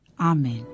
Amen